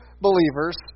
believers